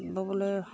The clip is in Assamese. ব'বলে